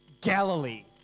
Galilee